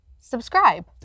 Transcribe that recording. Subscribe